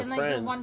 friends